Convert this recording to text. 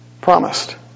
promised